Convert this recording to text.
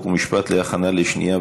חוק ומשפט נתקבלה.